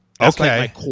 Okay